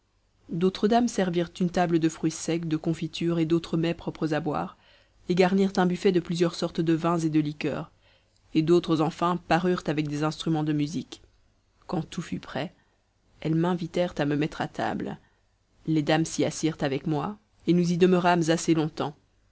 d'autres dames servirent une table de fruits secs de confitures et d'autres mets propres à boire et garnirent un buffet de plusieurs sortes de vins et de liqueurs et d'autres enfin parurent avec des instruments de musique quand tout fut prêt elles m'invitèrent à me mettre à table les dames s'y assirent avec moi et nous y demeurâmes assez longtemps